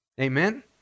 Amen